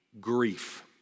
grief